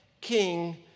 king